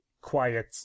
quiet